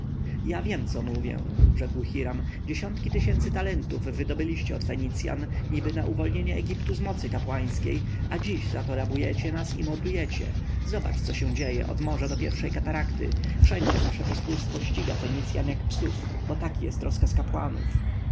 ja wiem co mówię rzekł hiram dziesiątki tysięcy talentów wydobyliście od fenicjan niby na uwolnienie egiptu z mocy kapłańskiej a dziś za to rabujecie nas i mordujecie zobacz co się dzieje od morza do pierwszej katarakty wszędzie wasze pospólstwo ściga fenicjan jak psów bo taki jest rozkaz kapłanów